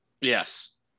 Yes